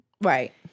Right